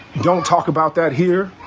don't talk about that here.